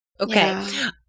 Okay